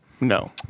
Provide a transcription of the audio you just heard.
No